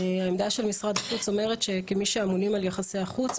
העמדה של משרד החוץ אומרת שכמי שאמונים על יחסי החוץ,